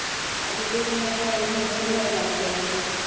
ꯑꯗꯨꯗ ꯑꯣꯏꯅ ꯍꯥꯏꯒ꯭ꯔ ꯃꯣꯏ ꯍꯣꯔꯦꯟ ꯃꯥꯏꯅ ꯂꯥꯛꯆꯔꯅꯤ